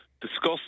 discuss